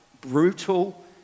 brutal